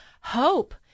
hope